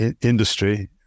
industry